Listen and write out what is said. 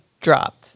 dropped